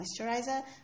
moisturizer